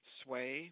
sway